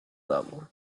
level